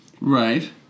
Right